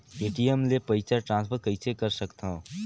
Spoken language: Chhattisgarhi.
ए.टी.एम ले पईसा ट्रांसफर कइसे कर सकथव?